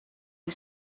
you